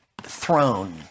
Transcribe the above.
throne